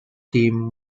team